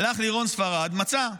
הלך לירון ספרד, מצא: